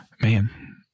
man